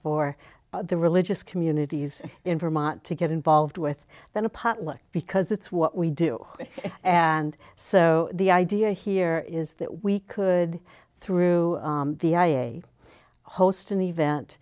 for the religious communities in vermont to get involved with than a potluck because it's what we do and so the idea here is that we could through the i a e a host an event